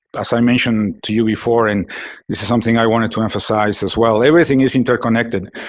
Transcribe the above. as i mentioned to you before, and this is something i wanted to emphasize as well, everything is interconnected.